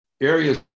areas